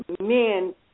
men